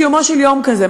לא משנה, בסיומו של יום כזה.